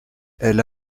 elle